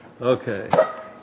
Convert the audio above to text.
Okay